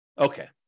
Okay